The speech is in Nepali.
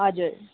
हजुर